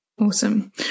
Awesome